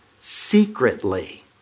secretly